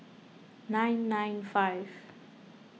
nine nine five